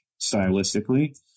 stylistically